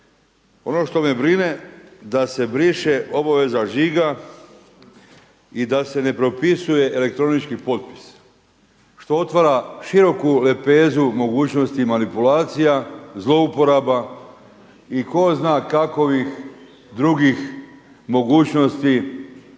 Ono što me brine da se briše obaveza žiga i da se ne potpisuje elektronički potpis što otvara široku lepezu mogućnosti manipulacija, zlouporaba i tko zna kakovih drugih mogućnosti